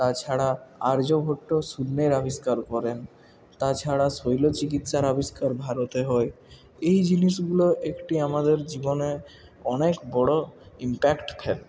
তা ছাড়া আর্যভট্ট শূন্যের আবিষ্কার করেন তাছাড়া শল্য চিকিৎসার আবিষ্কার ভারতে হয় এই জিনিসগুলো একটি আমাদের জীবনে অনেক বড় ইমপ্যাক্ট ফেলে